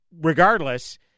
regardless